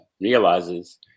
realizes